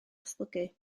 datblygu